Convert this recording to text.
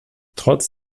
trotz